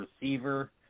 receiver